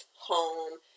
home